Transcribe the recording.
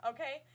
Okay